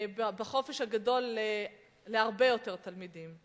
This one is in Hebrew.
לחופש הגדול להרבה יותר תלמידים.